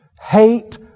Hate